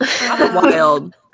wild